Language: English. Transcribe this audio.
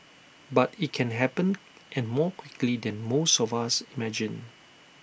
but IT can happen and more quickly than most of us imagine